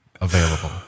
available